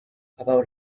about